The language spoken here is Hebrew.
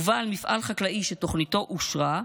ובעל מפעל חקלאי שתוכניתו אושרה,